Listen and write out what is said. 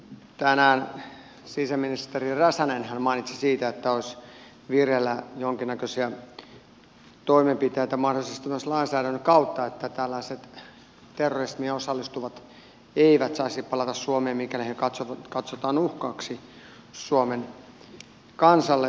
tänäänhän sisäministeri räsänen mainitsi siitä että olisi vireillä jonkinnäköisiä toimenpiteitä mahdollisesti myös lainsäädännön kautta että tällaiset terrorismiin osallistuvat eivät saisi palata suomeen mikäli heidät katsotaan uhkaksi suomen kansalle ja suomalaisille